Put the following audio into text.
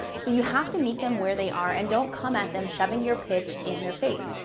so you have to meet them where they are, and don't come at them shoving your pitch in their face.